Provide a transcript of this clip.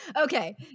Okay